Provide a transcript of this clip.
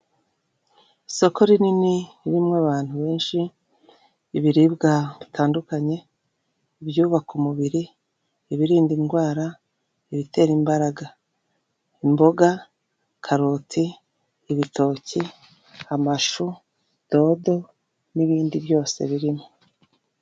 Isoko rinini ririmo abantu benshi, ibiribwa bitandukanye, ibyubaka umubiri, ibirinda indwara, ibitera imbaraga, imboga, karoti, ibitoki, amashu, dodo n'ibindi byose birimo.